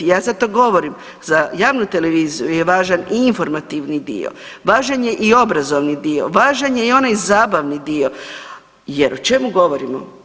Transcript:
Ja zato govorim, za javnu televiziju je važan i informativni dio, važan je i obrazovni dio, važan je i onaj zabavni dio, jer o čemu govorimo?